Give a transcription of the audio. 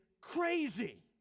crazy